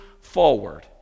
forward